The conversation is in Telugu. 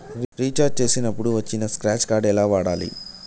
రీఛార్జ్ చేసినప్పుడు వచ్చిన స్క్రాచ్ కార్డ్ ఎలా వాడాలి?